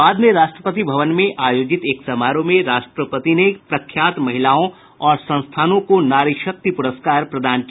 बाद में राष्ट्रपति भवन में आयोजित एक समारोह में राष्ट्रपति ने प्रख्यात महिलाओं और संस्थानों को नारी शक्ति प्रस्कार प्रदान किया